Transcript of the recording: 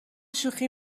شوخی